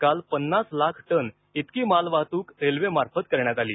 काल पन्नास लाख टन इतकी मालवाहतूक रेल्वेमार्फत करण्यात आली